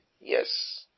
yes